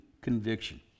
conviction